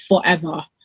forever